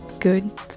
good